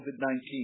COVID-19